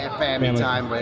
and family um time, but